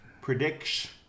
Prediction